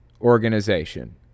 organization